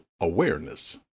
awareness